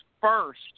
first